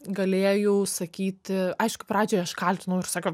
galėjau sakyti aišku pradžioj aš kaltinau ir sakiau